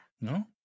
No